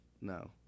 No